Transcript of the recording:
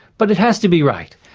but it has to be right,